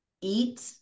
eat